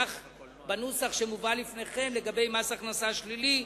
וכך בנוסח שמובא לפניכם לגבי מס הכנסה שלילי,